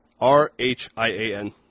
R-H-I-A-N